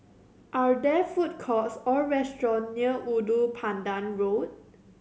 are there food courts or restaurants near Ulu Pandan Road